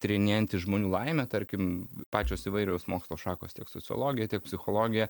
tyrinėjantis žmonių laimę tarkim pačios įvairios mokslo šakos tiek sociologija tiek psichologija